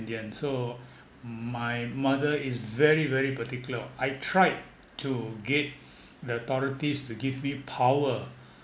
so my mother is very very particular I tried to get the authorities to give me power